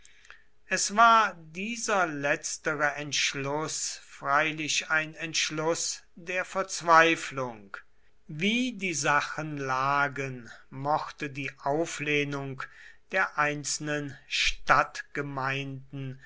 es war dieser letztere entschluß freilich ein entschluß der verzweiflung wie die sachen lagen mochte die auflehnung der einzelnen